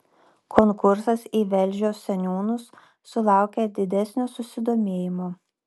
konkursas į velžio seniūnus sulaukė didesnio susidomėjimo